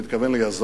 הוא מתכוון ליזמות,